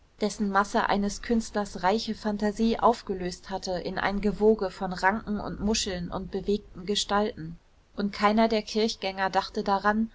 dessen masse eines künstlers reiche phantasie aufgelöst hatte in ein gewoge von ranken und muscheln und bewegten gestalten und keiner der kirchgänger dachte daran